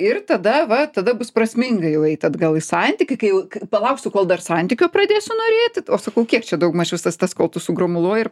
ir tada va tada bus prasminga jau eit atgal į santykį kai jau palauksiu kol dar santykio pradėsiu norėti o sakau kiek čia daugmaž visas tas kol tu sugromuloji ir